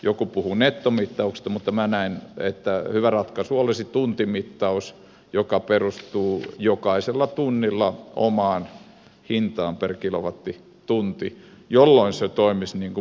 joku puhuu nettomittauksesta mutta minä näen että hyvä ratkaisu olisi tuntimittaus joka perustuu jokaisella tunnilla omaan hintaan per kilowattitunti jolloin se toimisi markkinaehtoisesti